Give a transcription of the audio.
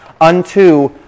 unto